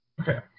Okay